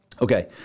okay